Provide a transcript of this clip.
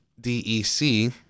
Dec